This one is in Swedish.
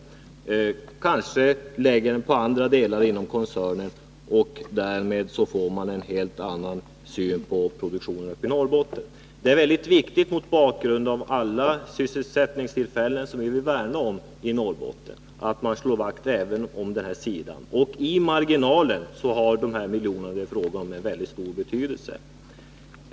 Man kanske lägger dem på andra delar inom koncernerna, och därmed får man en helt annan syn på produktionen i Norrbotten. Det är väldigt viktigt, mot bakgrund av alla sysselsättningstillfällen som vi vill värna om i Norrbotten, att man slår vakt om även den här sidan. I marginalen har dessa miljoner stor betydelse.